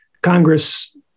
Congress